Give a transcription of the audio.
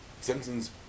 Simpsons